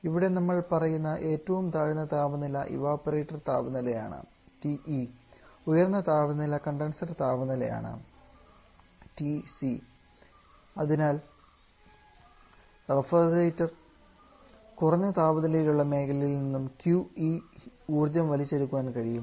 ഇവിടെ നമ്മൾ പറയുന്ന ഏറ്റവും താഴ്ന്ന താപനില ഇവപൊററ്റർ താപനിലയാണ് TE ഉയർന്ന താപനില കണ്ടൻസർ താപനിലയാണ് TC അതിനാൽ റഫ്രിജറേറ്റർ കുറഞ്ഞ താപനിലയുള്ള മേഖലയിൽ നിന്നും QE ഊർജ്ജം വലിച്ചെടുക്കാൻ കഴിയും